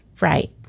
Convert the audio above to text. Right